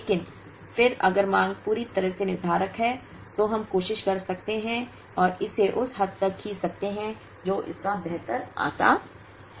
लेकिन फिर अगर मांग पूरी तरह से निर्धारक है तो हम कोशिश कर सकते हैं और इसे उस हद तक खींच सकते हैं जो इससे बाहर आता है